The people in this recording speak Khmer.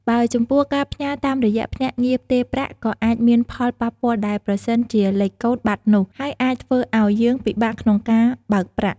បើចំពោះការផ្ញើរតាមរយៈភ្នាក់ងារផ្ទេរប្រាក់ក៏អាចមានផលប៉ះពាល់ដែលប្រសិនជាលេខកូដបាត់នោះ ហើយអាចធ្វើឲ្យយើងពិបាកក្នុងការបើកប្រាក់។